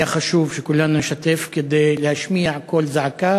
היה חשוב שכולנו נשתתף, כדי להשמיע קול זעקה